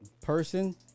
person